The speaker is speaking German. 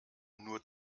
nur